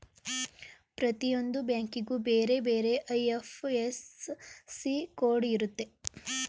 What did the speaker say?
ಪ್ರತಿಯೊಂದು ಬ್ಯಾಂಕಿಗೂ ಬೇರೆ ಬೇರೆ ಐ.ಎಫ್.ಎಸ್.ಸಿ ಕೋಡ್ ಇರುತ್ತೆ